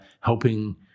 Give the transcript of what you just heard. helping